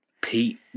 Pete